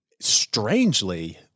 strangely